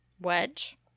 Wedge